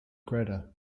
greta